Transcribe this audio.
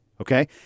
okay